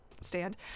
stand